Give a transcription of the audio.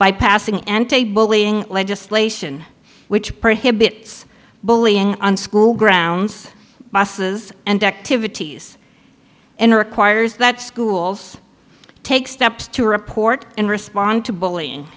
by passing ente bullying legislation which prohibits bullying on school grounds buses and activities and requires that schools take steps to report and respond to bully